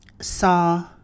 saw